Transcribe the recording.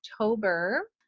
October